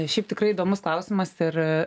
šiaip tikrai įdomus klausimas ir